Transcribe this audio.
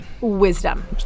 Wisdom